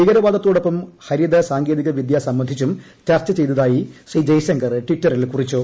ഭീകരവാദത്തോടൊപ്പം ഹരിത സാങ്കേതിക വിദ്യ സംബന്ധിച്ചും ചർച്ച ചെയ്തതായി ശ്രീ ജയ്ശങ്കർ ട്വിറ്ററിൽ കുറിച്ചു